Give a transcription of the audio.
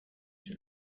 sur